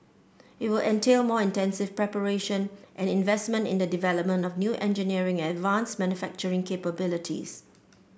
it will entail more intensive preparation and investment in the development of new engineering and advanced manufacturing capabilities